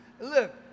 Look